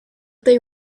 they